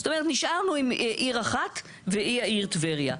זאת אומרת, נשארנו עם עיר אחת והיא העיר טבריה.